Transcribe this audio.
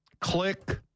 Click